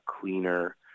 cleaner